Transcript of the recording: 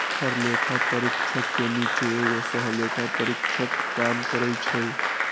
हर लेखा परीक्षक के नीचे एगो सहलेखा परीक्षक काम करई छई